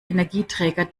energieträger